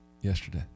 yesterday